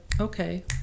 okay